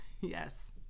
Yes